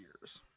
years